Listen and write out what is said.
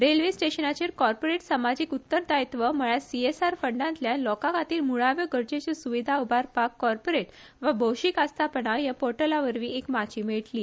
रेल्वे स्टेशनाचेर कॉर्पोरेट समाजिक उत्तरदायित्व म्हळ्यार सीएसआर फंडातल्यान लोकांखातीर मुळाव्यो गरजेच्यो सुविधा उबारपाक कार्पोरेट वा भौशिक आस्थापना हे पोर्टलावरवी एक माची मेळटली